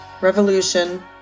Revolution